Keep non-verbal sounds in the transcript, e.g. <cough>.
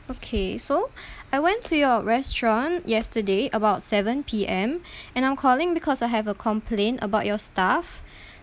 okay so <breath> I went to your restaurant yesterday about seven P_M <breath> and I'm calling because I have a complaint about your staff <breath>